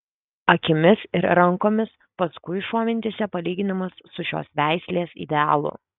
akimis ir rankomis paskui šuo mintyse palyginamas su šios veislės idealu